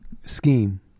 scheme